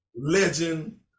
legend